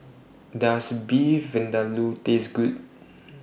Does Beef Vindaloo Taste Good